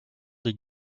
des